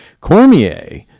Cormier